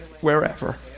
wherever